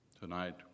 Tonight